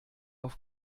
auf